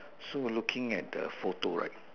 so looking at the photo right